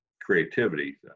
creativity